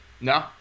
No